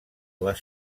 les